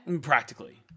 Practically